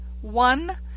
One